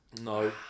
No